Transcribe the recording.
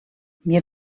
mir